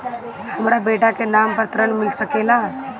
हमरा बेटा के नाम पर ऋण मिल सकेला?